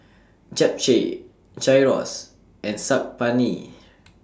Japchae Gyros and Saag Paneer